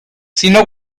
sino